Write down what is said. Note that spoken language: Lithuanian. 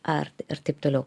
art ir taip toliau